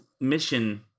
mission